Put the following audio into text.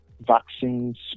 vaccines